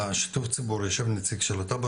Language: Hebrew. בשיתוף ציבור יישב נציג של הטאבו,